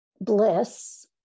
bliss